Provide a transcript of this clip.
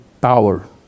power